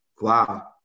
wow